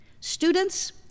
Students